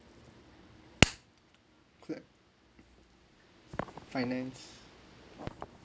finance